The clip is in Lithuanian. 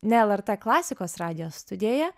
ne lrt klasikos radijo studijoje